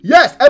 Yes